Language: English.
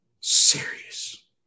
serious